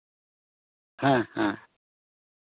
ᱦᱮᱸ ᱦᱮᱸ